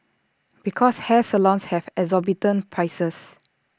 because hair salons have exorbitant prices